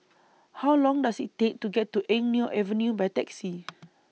How Long Does IT Take to get to Eng Neo Avenue By Taxi